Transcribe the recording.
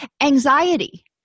anxiety